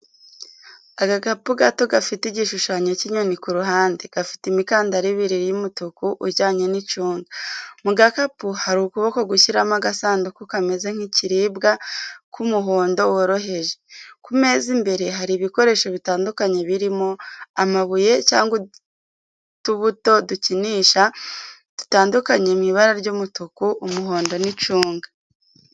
Agakapu gato gafite igishushanyo cy’inyoni ku ruhande, gafite imikandara ibiri y’umutuku ujyanye n’icunga. Mu gakapu, hari ukuboko gushyiramo agasanduku kameze nk'ikiribwa ku muhondo worohereje. Ku meza imbere hari ibikoresho bitandukanye birimo, amabuye cyangwa utubuto dukinisha dutandukanye mu ibara ry’umutuku, umuhondo n’icunga.